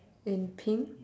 in pink